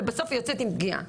ובסוף יוצאת עם פגיעה.